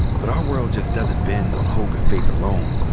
but our world just doesn't bend on hope and faith alone.